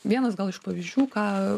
vienas gal iš pavyzdžių ką